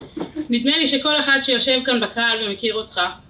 נדמה לי שכל אחד שיושב כאן בקהל ומכיר אותך